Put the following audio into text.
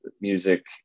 music